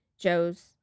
Joe's